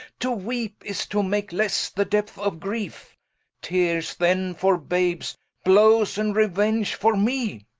to weepe, is to make lesse the depth of greefe teares then for babes blowes, and reuenge for mee.